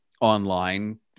online